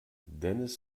dennis